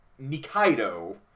Nikaido